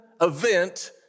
event